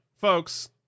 folks